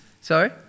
Sorry